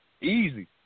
easy